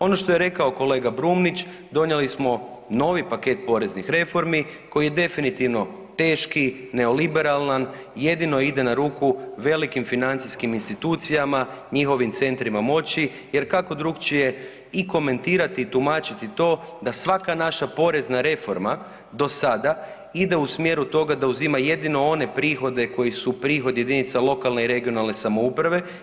Ono što je rekao kolega Brumnić, donijeli smo novi paket poreznih reformi koji je definitivno teški neoliberalan, jedino ide na ruku velikim financijskim institucijama, njihovim centrima moći jer kako drukčije i komentirati i tumačiti to da svaka naša porezna reforma do sada ide u smjeru toga da uzima jedino one prihode koji su prihodi jedinica lokalne i regionalne samouprave.